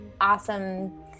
awesome